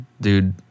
dude